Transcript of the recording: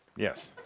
Yes